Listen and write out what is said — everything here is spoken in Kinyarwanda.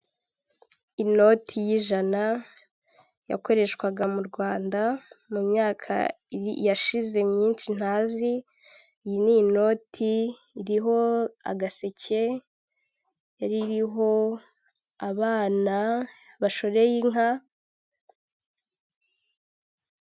Inoti y'ijana yakoreshwaga mu Rwanda mu myaka yashize myinshi ntazi, iyi ni inoti iriho agaseke ririho abana bashoreye inka,...